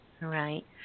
right